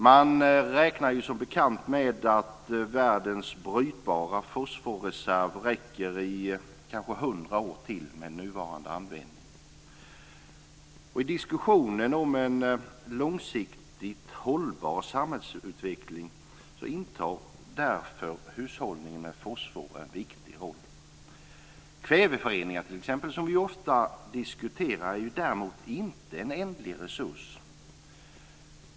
Man räknar som bekant med att världens brytbara fosforreserv räcker kanske 100 år till med nuvarande användning. I diskussionen om en långsiktigt hållbar samhällsutveckling intar därför hushållningen med fosfor en viktig roll. Kväveföreningar, som vi ofta diskuterar, är däremot inte en ändlig resurs.